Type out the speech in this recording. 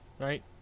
Right